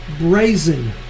Brazen